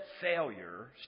failure